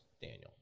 Daniel